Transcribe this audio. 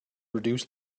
reduce